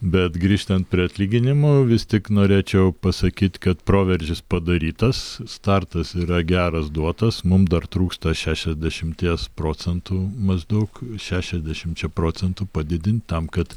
bet grįžtant prie atlyginimų vis tik norėčiau pasakyt kad proveržis padarytas startas yra geras duotas mum dar trūksta šešiasdešimties procentų maždaug šešiasdešimčia procentų padidin tam kad